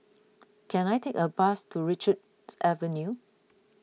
can I take a bus to Richards Avenue